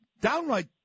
downright